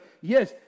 yes